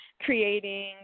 creating